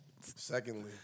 Secondly